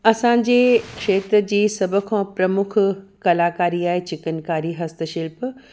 असांजे खेत्र जी सभ खां प्रमुख कलाकारी आहे चिकिनकारी हस्तशिल्प